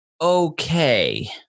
Okay